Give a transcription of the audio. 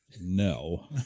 No